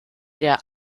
der